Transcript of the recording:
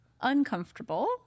uncomfortable